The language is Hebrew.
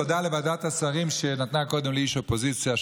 תודה לוועדת השרים שנתנה קודם אישור לאיש אופוזיציה,